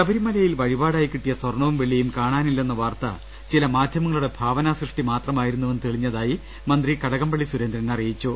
ശബരിമലയിൽ വഴിപാടായി കിട്ടിയ സ്വർണവും വെള്ളിയും കാണാനില്ലെന്ന വാർത്ത ചില മാധൃമങ്ങളുടെ ഭാവനാസൃഷ്ടി മാത്ര മായിരുന്നുവെന്ന് തെളിഞ്ഞതായി മന്ത്രി കടകംപള്ളി സുരേന്ദ്രൻ അറി യിച്ചു